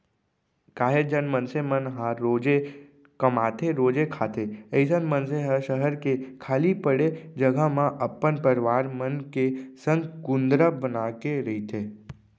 काहेच झन मनसे मन ह रोजे कमाथेरोजे खाथे अइसन मनसे ह सहर के खाली पड़े जघा म अपन परवार मन के संग कुंदरा बनाके रहिथे